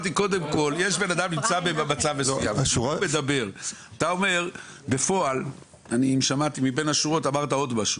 הבנתי מבין דבריך עוד משהו